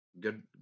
good